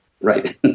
Right